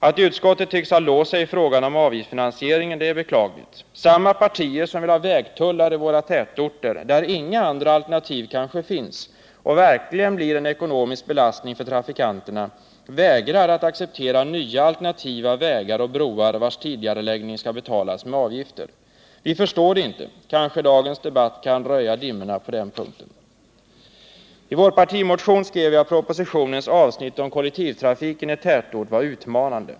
; Att utskottet tycks ha låst sig i frågan om avgiftsfinansiering är beklagligt. Samma partier som vill ha vägtullar i våra tätorter, där inga andra alternativ kanske finns och verkligen blir en ekonomisk belastning för trafikanterna, vägrar att acceptera nya alternativa vägar och broar, vilkas tidigareläggning skall betalas med avgifter. Vi förstår det inte — kanske dagens debatt kan skingra dimmorna på den punkten. I vår partimotion skrev vi att propositionens avsnitt om kollektivtrafik i tätort var utmanande.